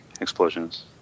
explosions